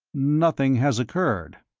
nothing has occurred,